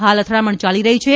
હાલ અથડામણ યાલી રહી છે